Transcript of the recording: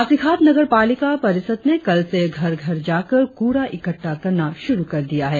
पासीघाट नगरपालिका परिषद ने कल से घर घर जाकर कुड़ा इकट़ठा करना शुरु कर दिया है